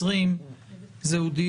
בוקר טוב לכולם.